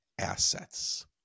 assets